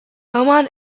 oman